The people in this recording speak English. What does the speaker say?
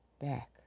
Back